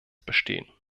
bestehen